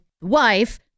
wife